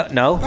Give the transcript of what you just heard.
no